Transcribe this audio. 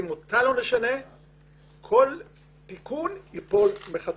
אם אותה לא נשנה כל תיקון ייפול מחדש.